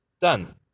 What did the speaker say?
done